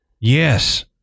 Yes